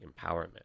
empowerment